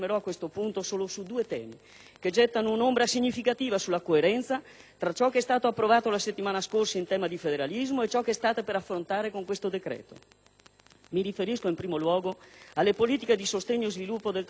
che gettano un'ombra significativa sulla coerenza tra ciò che è stato approvato la settimana scorsa in tema di federalismo e ciò che state per affrontare con questo decreto. Mi riferisco in primo luogo alle politiche di sostegno e sviluppo del trasporto pubblico locale.